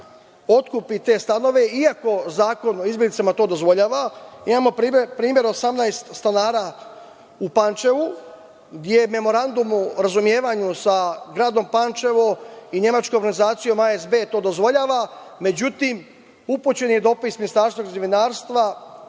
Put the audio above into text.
otkupi te stanove, iako Zakon o izbeglicama to dozvoljava. Imamo primer 18 stanara u Pančevu, gde Memorandum o razumevanju sa gradom Pančevo i nemačkom organizacijom ASB to dozvoljava. Međutim, upućen je dopis Ministarstvu građevinarstva,